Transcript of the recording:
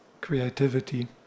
creativity